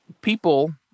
people